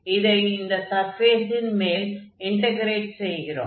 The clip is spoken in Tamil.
இதை இந்த சர்ஃபேஸின் மேல் இன்டக்ரேட் செய்கிறோம்